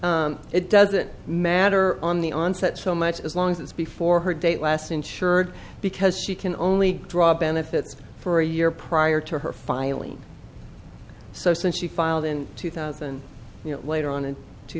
effectively it doesn't matter on the onset so much as long as it's before her date last insured because she can only draw benefits for a year prior to her filing so since she filed in two thousand later on in two